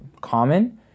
common